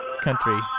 country